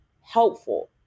helpful